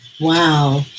Wow